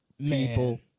people